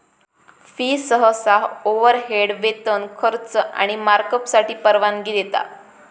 fee सहसा overhead, वेतन, खर्च आणि मार्कअपसाठी परवानगी देता